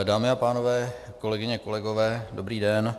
Dámy a pánové, kolegyně, kolegové, dobrý den.